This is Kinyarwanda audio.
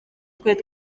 twari